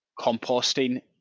composting